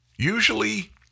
Usually